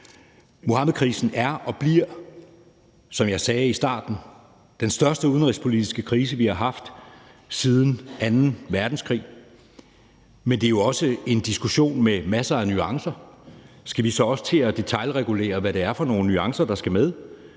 Muhammedkrisen er og bliver, som jeg sagde i starten, den største udenrigspolitiske krise, vi har haft siden anden verdenskrig, men det er jo også en diskussion med masser af nuancer. Skal vi så også til at detailregulere, hvad det er for nogle nuancer, der skal med?